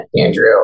Andrew